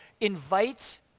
invites